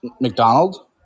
McDonald